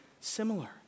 similar